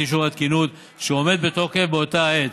אישור התקינות שעומד בתוקף באותה העת.